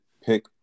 pick